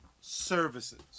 services